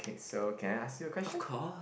so can I ask you a question